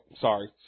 Sorry